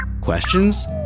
Questions